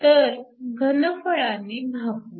तर घनफळाने भागू